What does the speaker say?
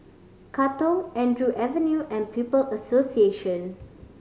Katong Andrew Avenue and People Association